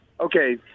Okay